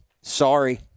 Sorry